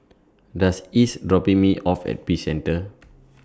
Doss IS dropping Me off At Peace Centre